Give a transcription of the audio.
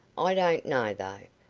i don't know, though.